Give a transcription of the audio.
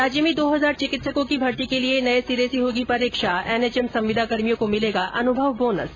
राज्य में दो हजार चिकित्सकों की भर्ती के लिए नए सिरे से होगी परीक्षा एनएचएम संविदाकर्मियों को मिलेगा अनुभव बोनस